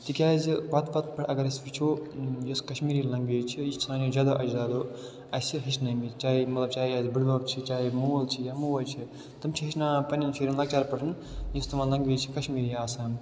تِکیٛازِ پَتہٕ پَتہٕ پٮ۪ٹھ اگر أسۍ وٕچھو یۄس کشمیٖری لنٛگویج چھِ یہِ چھِ سانیو جدواجدادو اَسہِ ہیٚچھنٲیمٕتۍ چاہے مطلب چاہے یہِ اَسہِ بٕڈبَب چھِ چاہے مول چھِ یا موج چھِ تِم چھِ ہیٚچھناوان پنٛنٮ۪ن شُرٮ۪ن لَکچار پٮ۪ٹھ یُس تِمَن لنٛگویج چھِ کشمیٖری آسان